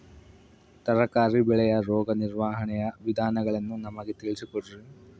ತರಕಾರಿ ಬೆಳೆಯ ರೋಗ ನಿರ್ವಹಣೆಯ ವಿಧಾನಗಳನ್ನು ನಮಗೆ ತಿಳಿಸಿ ಕೊಡ್ರಿ?